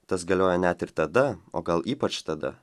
tas galioja net ir tada o gal ypač tada